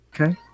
Okay